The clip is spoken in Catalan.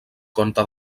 conte